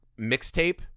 mixtape